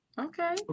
Okay